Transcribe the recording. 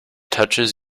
touches